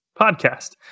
podcast